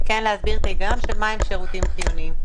ולהסביר את ההיגיון של מה הם שירותים חיוניים.